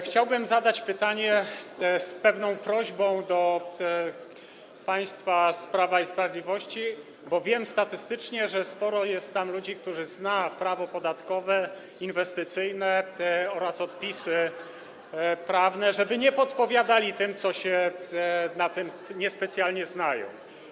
Chciałbym zadać pytanie zawierające pewną prośbę do państwa z Prawa i Sprawiedliwości, bo wiem, statystycznie, że sporo jest tam ludzi, którzy znają prawo podatkowe, inwestycyjne oraz odpisy prawne, żeby nie podpowiadali tym co się na tym niespecjalnie znają.